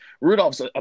Rudolph's